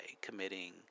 committing